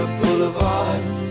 Boulevard